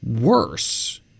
Worse